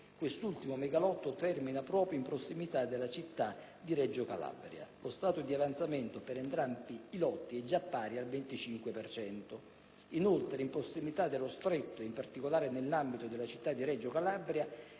Quest'ultimo megalotto termina in prossimità della città di Reggio Calabria. Lo stato di avanzamento per entrambi i lotti è già pari al 25 per cento. Inoltre, in prossimità dello Stretto e in particolare nell'ambito della città di Reggio Calabria,